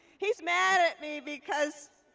he's mad at me because